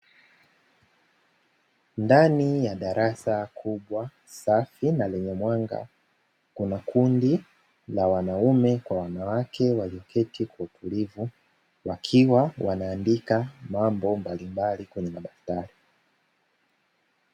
Ndani ya darasa kubwa safi na lenye mwanga, kuna kundi la wanawake na wanaume walioketi kwa utulivu wakiwa wanaandika mambo mbalimbali kwenye madaftari.